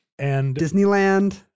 Disneyland